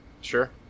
Sure